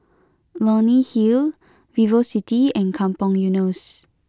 Leonie Hill VivoCity and Kampong Eunos